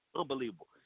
Unbelievable